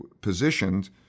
positioned